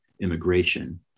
immigration